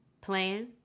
plan